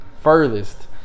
furthest